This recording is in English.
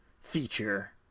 feature